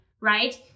right